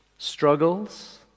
struggles